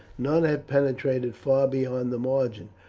none had penetrated far beyond the margin,